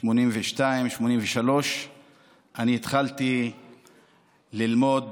1982 1983. אני התחלתי ללמוד